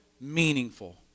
meaningful